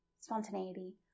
spontaneity